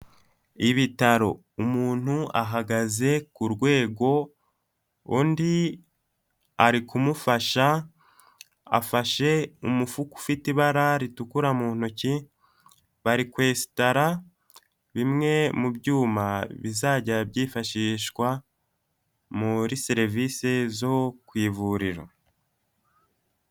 Ibitaro, umuntu ahagaze ku rwego, undi ari kumufasha, afashe umufuka ufite ibara ritukura mu ntoki, bari kwesitara bimwe mu byuma bizajya byifashishwa muri serivisi zo ku ivuriro.